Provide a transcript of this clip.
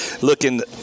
looking